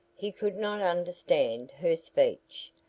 he could not understand her speech,